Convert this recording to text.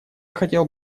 хотел